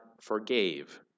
forgave